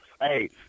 Hey